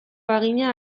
bagina